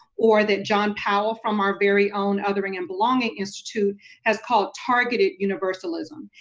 or that john powell from our very own othering and belonging institute has called targeted universalism,